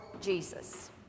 Jesus